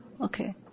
Okay